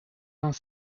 vingt